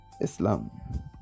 Islam